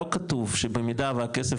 לא כתוב שבמידה והכסף,